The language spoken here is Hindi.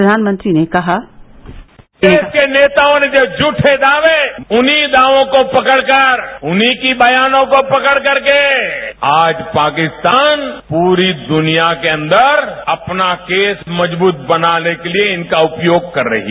प्रधानमंत्री ने कहा कांग्रेस के नेताओं ने जो झूठे दावे उन्हीं दावों को पकड़कर उन्हीं के बयानों को पकड़कर आज पाकिस्तान पूरी दुनिया के अंदर अपना केस मजबूत बनाने के लिए इनका उपयोग कर रहा है